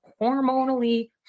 hormonally